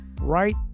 right